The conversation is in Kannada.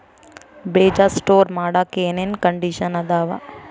ಬೇಜ ಸ್ಟೋರ್ ಮಾಡಾಕ್ ಏನೇನ್ ಕಂಡಿಷನ್ ಅದಾವ?